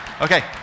Okay